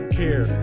care